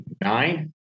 nine